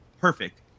Perfect